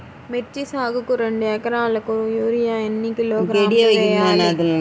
మిర్చి సాగుకు రెండు ఏకరాలకు యూరియా ఏన్ని కిలోగ్రాములు వేయాలి?